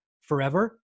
forever